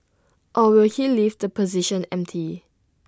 or will he leave the position empty